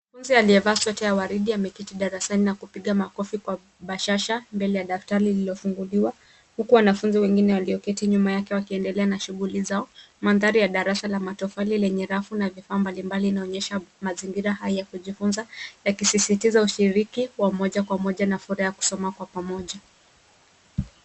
Mwanafunzi aliyevaa sweta ya waridi ameketi darasani na kupiga makofi kwa bashasha mbele ya daftari lililo funguliwa huku wanafunzi wengine walioketi nyuma yake wakiendelea na shughuli zao. Mandhari ya darasa la matofali lenye rafu na vifaa mbalibali. Inaonyesha mazingira hai ya kujifunza yakisisitiza ushiriki wa moja kwa moja na furaha ya kusoma kwa pamoja.